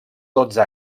dotze